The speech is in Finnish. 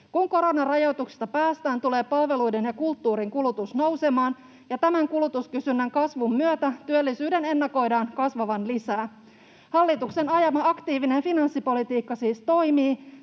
Kun koronarajoituksista päästään, tulee palveluiden ja kulttuurin kulutus nousemaan, ja tämän kulutuskysynnän kasvun myötä työllisyyden ennakoidaan kasvavan lisää. Hallituksen ajama aktiivinen finanssipolitiikka siis toimii.